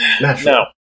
No